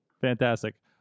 Fantastic